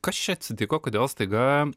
kas čia atsitiko kodėl staiga